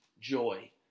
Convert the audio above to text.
joy